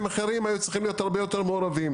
אחרים היו צריכים להיות הרבה יותר מעורבים.